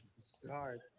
start